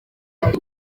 ati